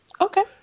Okay